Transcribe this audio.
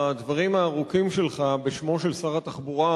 הדברים הארוכים שלך בשמו של שר התחבורה